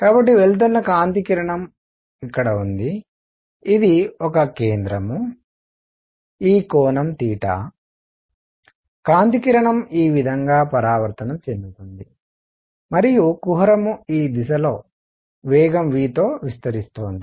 కాబట్టి వెళుతున్న కాంతి కిరణం ఉంది ఇది ఒక కేంద్రం ఈ కోణం తీటా కాంతి కిరణం ఈ విధంగా పరావర్తనం చెందుతుంది మరియు కుహరం ఈ దిశలో వేగం v తో విస్తరిస్తోంది